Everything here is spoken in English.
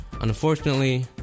Unfortunately